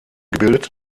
gebildet